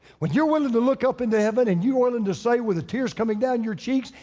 when you're willing to look up into heaven, and you're willing to say with the tears coming down your cheeks,